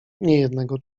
niejednego